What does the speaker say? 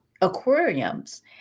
aquariums